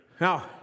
Now